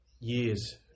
years